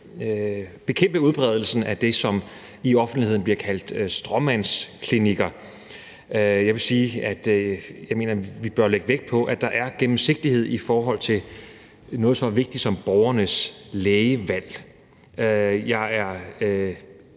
bekæmpe udbredelsen af det, som i offentligheden bliver kaldt stråmandsklinikker. Jeg vil sige, at jeg mener, vi bør lægge vægt på, at der er gennemsigtighed i forhold til noget så vigtigt som borgernes lægevalg. Jeg er